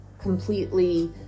completely